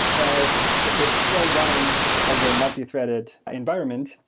but it's still running over a multi-threaded environment.